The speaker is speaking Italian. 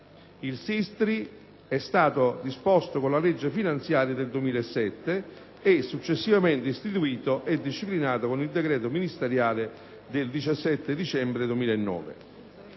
Il SISTRI è stato disposto con la legge finanziaria del 2007 e successivamente istituito e disciplinato con il decreto ministeriale del 17 dicembre 2009.